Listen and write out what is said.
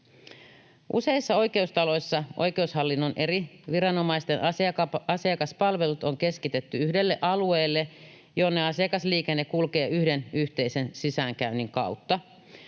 Useissa oikeustaloissa oikeushallinnon eri viranomaisten asiakaspalvelut on keskitetty yhdelle alueelle, jonne asiakasliikenne kulkee yhden yhteisen sisäänkäynnin kautta.